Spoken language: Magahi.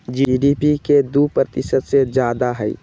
जी.डी.पी के दु प्रतिशत से जादा हई